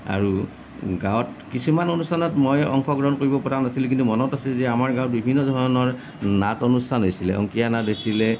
আৰু গাঁৱত কিছুমান অনুষ্ঠানত মই অংশ গ্ৰহণ কৰিব পৰা নাছিলোঁ কিন্তু মনত আছে যে আমাৰ গাঁৱত বিভিন্ন ধৰণৰ নাট অনুষ্ঠান হৈছিলে অংকীয়া নাট হৈছিলে